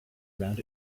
around